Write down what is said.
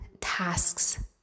tasks